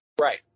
Right